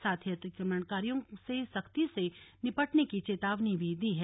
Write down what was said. साथ ही अतिक्रमणकारियों से सख्ती से निपटने की चेतावनी भी दी है